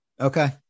okay